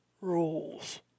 rules